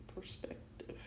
perspective